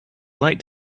light